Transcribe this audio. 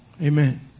Amen